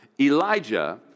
Elijah